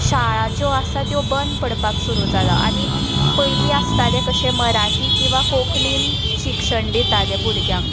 शाळा ज्यो आसा त्यो बंद पडपाक सुरू जालां आनी पयलीं आसतालें कशें मराठी किंवां कोंकणींत शिक्षण दिताले भुरग्यांक